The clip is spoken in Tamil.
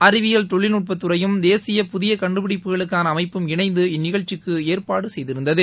அறிவியல் தொழில் நட்பத்துறையும் தேசிய புதிய கண்டுபிடிப்புகளுக்கான அமைப்பும் இணைந்து இந்நிகழ்ச்சிக்கு ஏற்பாடு செய்துள்ளன